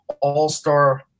All-Star